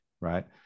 right